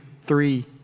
three